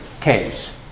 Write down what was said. case